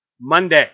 Monday